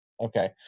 okay